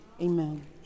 Amen